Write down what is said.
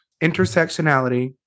intersectionality